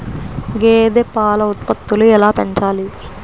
గేదె పాల ఉత్పత్తులు ఎలా పెంచాలి?